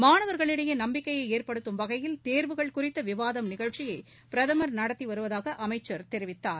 மாணவர்களிடையே நம்பிக்கையை ஏற்படுத்தும் வகையில் தேர்வுகள் குறித்த விவாதம் நிகழ்ச்சியை பிரதமர் நடத்தி வருவதாக அமைச்சர் தெரிவித்தார்